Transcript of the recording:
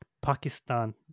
Pakistan